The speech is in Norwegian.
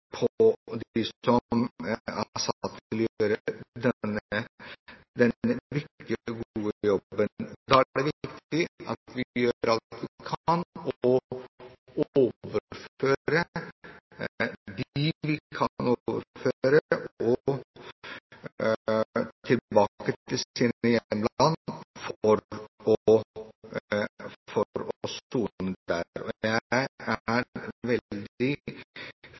på dem som er satt til å gjøre denne viktige og gode jobben. Da er det viktig at vi gjør alt vi kan og overfører de vi kan overføre, tilbake til sine hjemland for å sone der. Jeg er